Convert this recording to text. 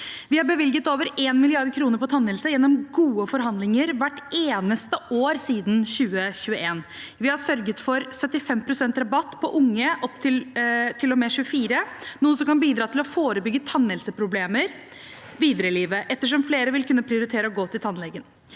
Vi har bevilget over 1 mrd. kr til tannhelse gjennom gode forhandlinger hvert eneste år siden 2021. Vi har sørget for 75 pst. rabatt til unge til og med 24 år, noe som kan bidra til å forebygge tannhelseproblemer videre i livet ettersom flere vil kunne prioritere å gå til tannlegen.